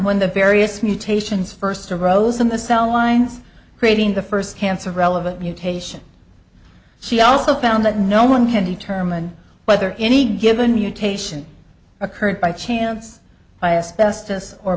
when the various mutations first arose in the cell lines creating the first cancer relevant mutation she also found that no one can determine whether any given mutation occurred by chance biased best us or